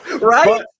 Right